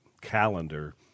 calendar